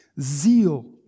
zeal